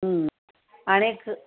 आणि ख